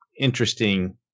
interesting